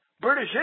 British